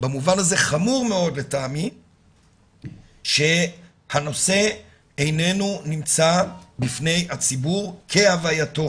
במובן הזה חמור מאוד לטעמי שהנושא איננו נמצא בפני הציבור כהווייתו.